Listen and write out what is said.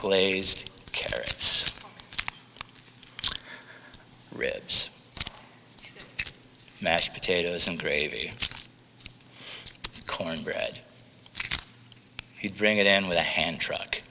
glazed carrots ribs mashed potatoes and gravy cornbread he'd bring it in with a hand truck